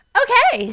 okay